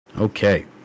Okay